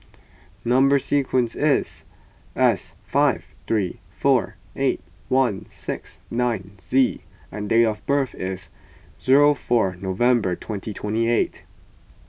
Number Sequence is S five three four eight one six nine Z and date of birth is zero four November twenty twenty eight